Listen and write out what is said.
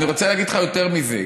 אני רוצה להגיד לך יותר מזה.